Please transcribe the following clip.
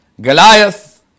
Goliath